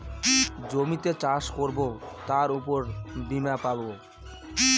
জমিতে চাষ করবো তার উপর বীমা পাবো